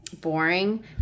boring